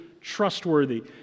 trustworthy